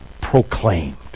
proclaimed